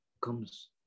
comes